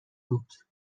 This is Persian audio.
بود